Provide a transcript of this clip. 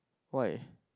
why